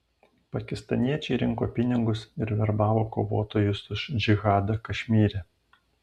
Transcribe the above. pakistaniečiai rinko pinigus ir verbavo kovotojus už džihadą kašmyre